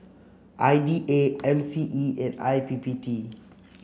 I D A M C E and I P P T